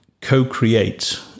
co-create